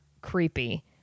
creepy